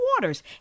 Waters